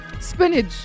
Spinach